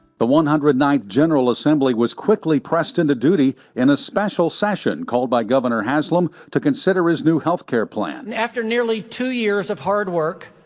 the one hundred and ninth general assembly was quickly pressed in to duty in a special session called by governor haslam to consider his new healthcare plan. after nearly two years of hard work,